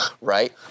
right